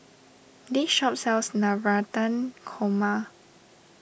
this shop sells Navratan Korma